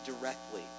directly